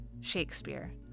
Shakespeare